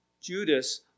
Judas